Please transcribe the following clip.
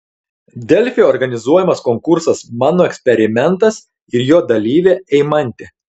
delfi organizuojamas konkursas mano eksperimentas ir jo dalyvė eimantė